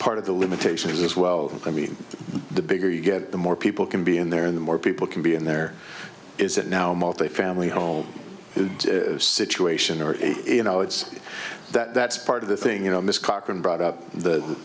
part of the limitation as well i mean the bigger you get the more people can be in there and the more people can be in there is it now multi family home and situation or you know it's that that's part of the thing you know mr cochran brought up the